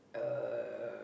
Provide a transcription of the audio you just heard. uh